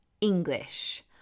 English